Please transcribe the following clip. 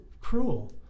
cruel